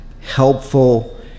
helpful